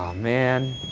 um man.